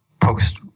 post